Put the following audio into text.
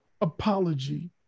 apology